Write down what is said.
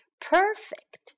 Perfect